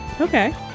okay